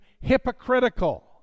hypocritical